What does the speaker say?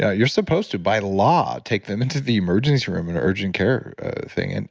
ah you're supposed to by law, take them into the emergency room and urgent care thing. and